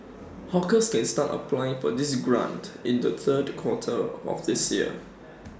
hawkers can start applying for this grant in the third quarter of this year